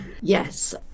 Yes